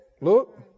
look